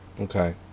Okay